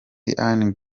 ian